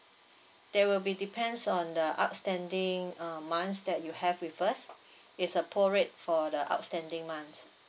there will be depends on the outstanding uh months that you have with us it's a prorate for the outstanding months